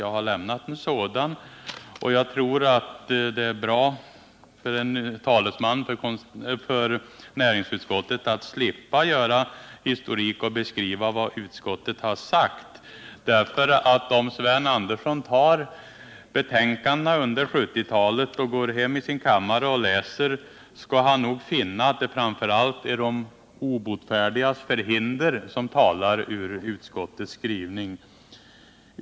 Jag har lämnat en sådan — jag tror att det är bra för en talesman för näringsutskottet att slippa beskriva vad utskottet har sagt. Om Sven Andersson tar hem betänkandena från 1970-talet till sin kammare och läser dem, skall han finna att det framför allt är de obotfärdigas förhinder som talar ur utskottets skrivning.